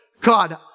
God